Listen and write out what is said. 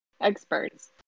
Experts